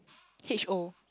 H O